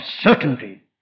certainty